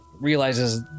realizes